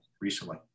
recently